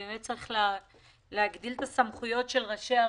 שצריך להגדיל את הסמכויות של ראשי ערים.